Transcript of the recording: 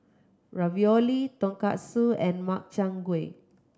Ravioli Tonkatsu and Makchang Gui